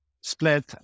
split